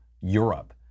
Europe